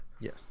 yes